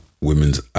women's